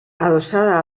adossada